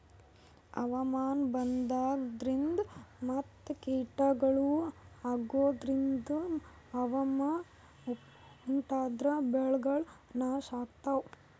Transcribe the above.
ಹವಾಮಾನ್ ಬದ್ಲಾಗದ್ರಿನ್ದ ಮತ್ ಕೀಟಗಳು ಅಗೋದ್ರಿಂದ ಪ್ರವಾಹ್ ಉಂಟಾದ್ರ ಬೆಳೆಗಳ್ ನಾಶ್ ಆಗ್ತಾವ